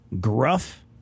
Gruff